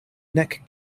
nek